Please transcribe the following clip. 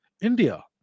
India